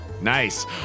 Nice